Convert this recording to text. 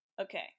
Okay